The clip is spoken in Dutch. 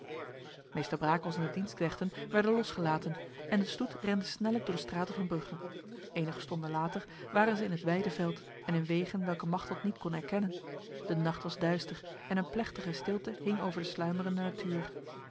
meester brakels en de dienstknechten werden losgelaten en de stoet rende snellijk door de straten van brugge enige stonden later waren zij in het wijde veld en in wegen welke machteld niet kon erkennen de nacht was duister en een plechtige stilte hing over de sluimerende natuur